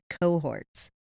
cohorts